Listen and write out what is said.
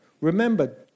Remember